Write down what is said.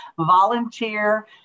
volunteer